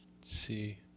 See